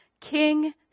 king